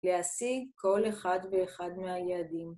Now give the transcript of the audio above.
להשיג כל אחד ואחד מהיעדים.